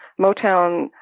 Motown